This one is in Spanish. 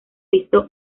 visto